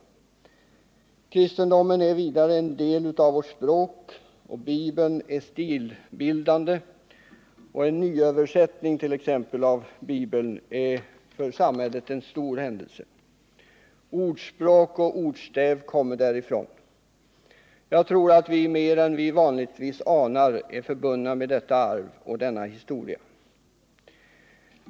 Kristendomen är vidare en del av vårt språk, och Bibeln är stilbildande. Så är t.ex. en nyöversättning av Bibeln en stor händelse för samhället. Ordspråk och ordstäv kommer därifrån. Jag tror att vi mer än vi vanligtvis anar är förbundna med detta arv och denna historia.